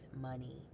money